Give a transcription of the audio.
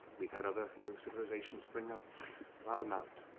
we've had other new civilizations spring up wildemount,